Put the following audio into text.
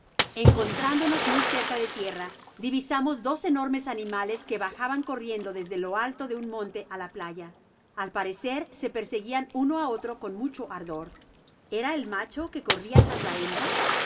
encontrándonos muy cerca de tierra divisamos dos enormes animales que bajaban corriendo desde lo alto de un monte á la playa al parecer se perseguían uno á otro con mucho ardor era el macho que corria trás de la hembra